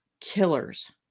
killers